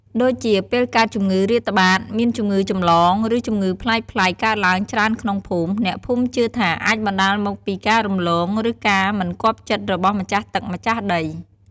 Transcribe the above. ដូចជាពេលកើតជម្ងឺរាតត្បាត មានជម្ងឺចម្លង ឬជម្ងឺប្លែកៗកើតឡើងច្រើនក្នុងភូមិ អ្នកភូមិជឿថាអាចបណ្តាលមកពីការរំលង ឬការមិនគាប់ចិត្តរបស់ម្ចាស់ទឹកម្ចាស់ដី។